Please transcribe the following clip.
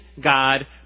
God